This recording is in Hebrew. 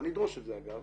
ואני אדרוש את זה אגב,